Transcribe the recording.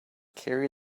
carry